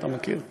אתה מכיר?